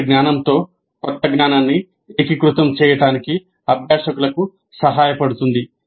మునుపటి జ్ఞానంతో క్రొత్త జ్ఞానాన్ని ఏకీకృతం చేయడానికి అభ్యాసకులకు సహాయపడుతుంది